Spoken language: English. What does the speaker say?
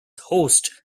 host